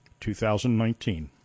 2019